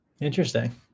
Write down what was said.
Interesting